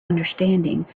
understanding